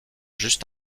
juste